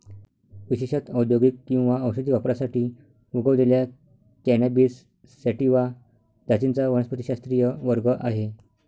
विशेषत औद्योगिक किंवा औषधी वापरासाठी उगवलेल्या कॅनॅबिस सॅटिवा जातींचा वनस्पतिशास्त्रीय वर्ग आहे